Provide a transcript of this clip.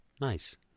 Nice